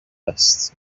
است